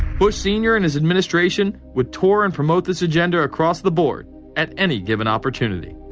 bush senior and his administration would tour and promote this agenda across the board at any given opportunity.